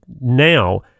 now